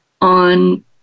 on